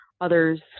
others